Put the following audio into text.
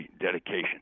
dedication